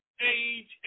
age